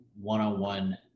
one-on-one